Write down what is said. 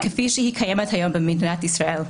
כפי שהיא קיימת היום במדינת ישראל,